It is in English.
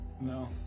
No